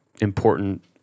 important